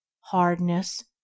hardness